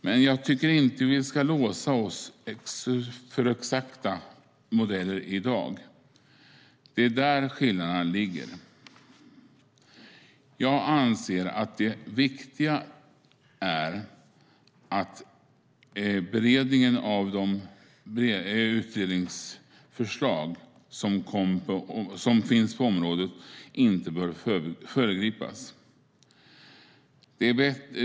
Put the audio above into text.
Men jag tycker inte att vi ska låsa oss för exakta modeller i dag. Det är där skillnaden ligger. Jag anser att det viktiga är att beredningen av de utredningsförslag som finns på området inte bör föregripas.